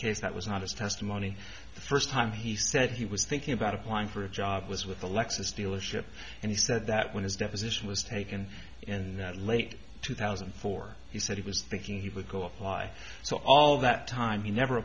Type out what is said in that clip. case that was not his testimony the first time he said he was thinking about applying for a job was with the lexus dealership and he said that when his deposition was taken in late two thousand and four he said he was thinking he would go up why so all that time he never